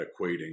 equating